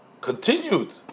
continued